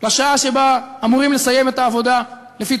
לשעה שבה אמורים לסיים את העבודה לפי